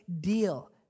deal